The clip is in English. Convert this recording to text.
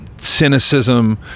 cynicism